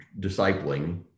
discipling